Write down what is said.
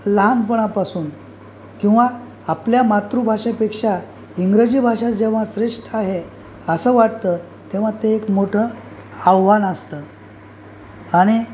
लहानपणापासून किंवा आपल्या मातृभाषेपेक्षा इंग्रजी भाषा जेव्हा श्रेष्ठ आहे असं वाटतं तेव्हा ते एक मोठं आव्हान असतं आणि